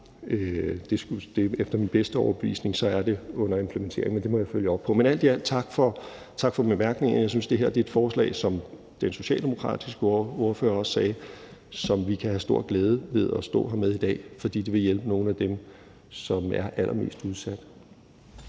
Efter min bedste overbevisning er det under implementering, men det må jeg følge op på. Alt i alt tak for bemærkningerne. Jeg synes, det her er et forslag, som vi, som den socialdemokratiske ordfører også sagde, kan være meget glade for at stå her med i dag, fordi det vil hjælpe nogle af dem, som er allermest udsat.